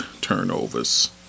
turnovers